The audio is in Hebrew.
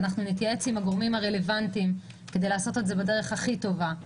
ואנחנו נתייעץ עם הגורמים הרלוונטיים כדי לעשות את זה בדרך הכי טובה,